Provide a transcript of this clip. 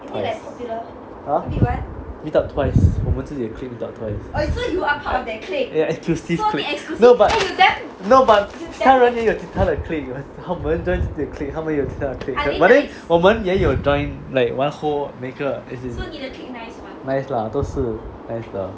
!huh! meet up twice 我们自己的 clique meet up twice ya exclusive clique no but no but 他们也有其他的 clique 他们 join 自己的 clique 他们有其他的 clique but then 我们也有 join like one whole 每个 as in nice lah 都是 nice lah